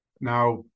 Now